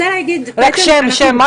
אנחנו